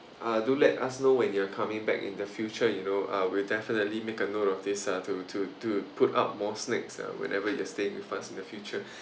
uh do let us know when you're coming back in the future you know uh we'll definitely make a note of this uh to to to put up more snacks uh whenever you're staying with us in the future